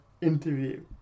interview